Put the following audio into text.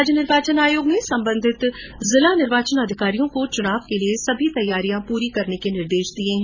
राज्य निर्वाचन आयोग ने सम्बन्धित जिला निर्वाचन अधिकारियों को चुनाव के लिए सभी तैयारियां पूरी करने के निर्देश दिये हैं